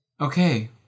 Okay